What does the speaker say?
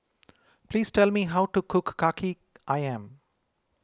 please tell me how to cook Kaki Ayam